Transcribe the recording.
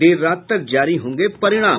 देर रात तक जारी होंगे परिणाम